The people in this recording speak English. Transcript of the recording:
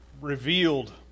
revealed